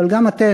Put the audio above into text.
אבל גם אתם,